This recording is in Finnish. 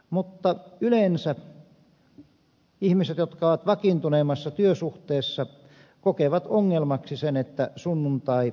mutta yleensä ihmiset jotka ovat vakiintuneemmassa työsuhteessa kokevat ongelmaksi sen että sunnuntai heitä sitoo